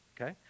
Okay